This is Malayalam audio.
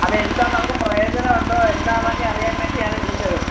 അത് എടുത്താൽ നമുക്ക് പ്രയോജനം ഉണ്ടോ എന്താ എന്നൊക്കെ അറിയാൻ വേണ്ടിയാണ് വിളിച്ചത്